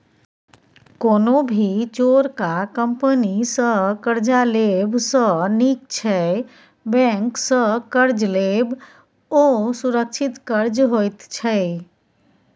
कोनो भी चोरका कंपनी सँ कर्जा लेब सँ नीक छै बैंक सँ कर्ज लेब, ओ सुरक्षित कर्ज होइत छै